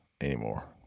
anymore